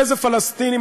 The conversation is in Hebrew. איזה פלסטינים,